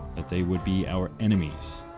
that they would be our enemies,